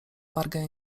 wargę